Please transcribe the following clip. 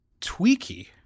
tweaky